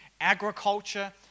agriculture